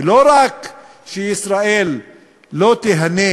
ולא רק שישראל לא תיהנה